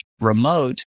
remote